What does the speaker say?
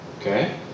Okay